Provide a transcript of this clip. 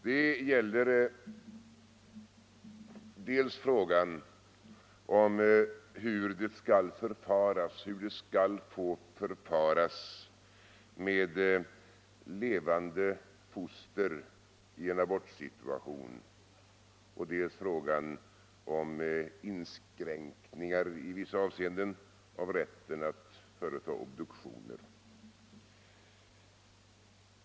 Det gäller dels frågan om hur det skall få förfaras med levande foster i en abortsituation, dels frågan om inskränkningar i vissa avseenden av rätten att företa obduktioner.